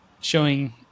showing